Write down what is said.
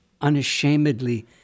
unashamedly